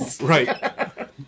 Right